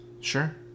Sure